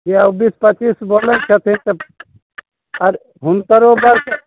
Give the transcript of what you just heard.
चौबीस पचीस बोलै छथिन अरे हुनकरो